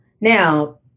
Now